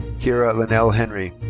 kiera lynnell henry.